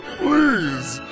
please